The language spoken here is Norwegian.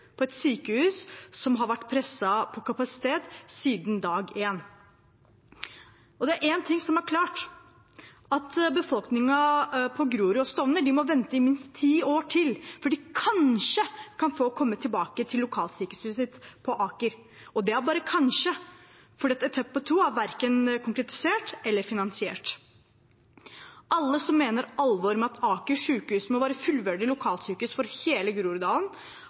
på et sykehus som har vært presset på kapasitet siden dag én. Det er én ting som er klart: at befolkningen på Grorud og Stovner må vente i minst ti år til før de kanskje kan få komme tilbake til lokalsykehuset sitt på Aker, og det er bare kanskje, for etappe to er verken konkretisert eller finansiert. Alle som mener alvor med at Aker sykehus må være et fullverdig lokalsykehus for hele Groruddalen,